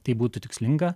tai būtų tikslinga